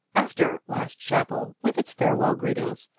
after last chapel, with its farewell greetings,